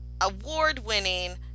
award-winning